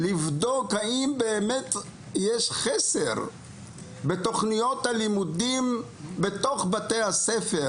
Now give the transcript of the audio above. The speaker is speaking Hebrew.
לבדוק האם באמת יש חסר בתוכניות הלימודים בתוך בתי הספר